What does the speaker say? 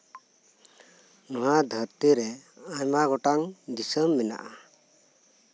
ᱱᱚᱶᱟ ᱫᱷᱟᱨᱛᱤ ᱨᱮ ᱟᱭᱢᱟ ᱜᱚᱴᱟᱝ ᱫᱤᱥᱚᱢ ᱢᱮᱱᱟᱜᱼᱟ